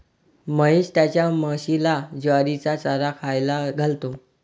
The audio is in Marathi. महेश त्याच्या म्हशीला ज्वारीचा चारा खायला घालतो